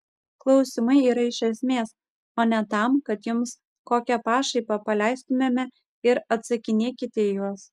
klausimai yra iš esmės o ne tam kad jums kokią pašaipą paleistumėme ir atsakinėkite į juos